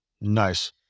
Nice